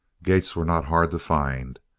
gates were not hard to find.